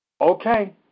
Okay